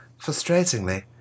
Frustratingly